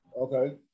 Okay